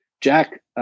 Jack